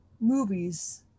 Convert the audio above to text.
movies